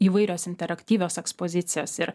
įvairios interaktyvios ekspozicijos ir